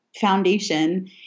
foundation